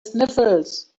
sniffles